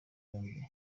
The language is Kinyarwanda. yombi